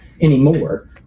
anymore